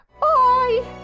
Bye